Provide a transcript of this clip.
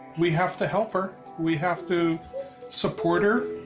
we have to help her. we have to support her.